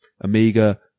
Amiga